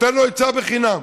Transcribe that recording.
נותן לו עצה בחינם,